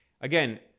Again